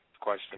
Question